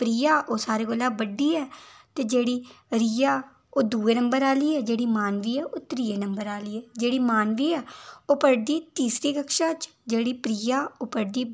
प्रिया ओह् सारे कोला बड्डी ऐ ते जेह्ड़ी रिया ओह् दूए नंबर आह्ली ऐ जेह्ड़ी मानवी ऐ ओह् त्रिये नंबर आह्ली ऐ जेह्ड़ी मानवी ऐ ओह् पढ़दी तीसरी कक्षा च जेह्ड़ी प्रिया ओह् पढ़दी बाह्रमीं